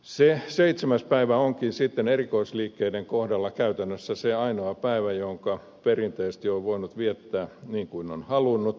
se seitsemäs päivä onkin sitten erikoisliikkeiden kohdalla käytännössä se ainoa päivä jonka perinteisesti on voinut viettää niin kuin on halunnut